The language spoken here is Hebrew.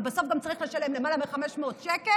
ובסוף גם צריך לשלם למעלה מ-500 שקל,